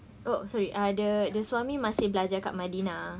oh sorry ah the the suami masih belajar dekat medina